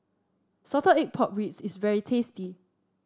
Salted Egg Pork Ribs is very tasty